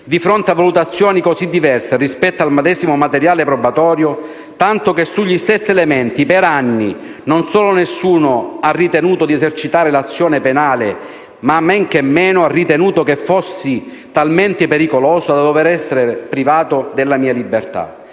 di fronte a valutazioni così diverse rispetto al medesimo materiale probatorio, tanto che sugli stessi elementi, per anni, non solo nessuno ha ritenuto di esercitare l'azione penale, ma men che meno ha ritenuto che fossi talmente pericoloso da dover essere privato della mia liberta